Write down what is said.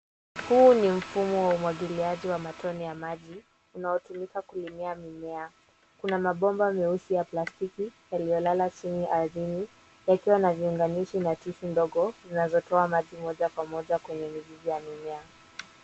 Huu ni mfumo wa umwagiliaji wa matone ya maji unaotumika kulimia mimea. Kuna mabomba meusi ya plastiki yaliyolala chini ardhini yakiwa na viunganishi na tifi ndogo zinazotoa maji moja kwa moja hadi mizizi ya mimea.